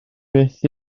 beth